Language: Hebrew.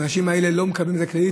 האנשים האלה לא מקבלים על זה קרדיט,